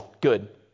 Good